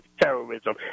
terrorism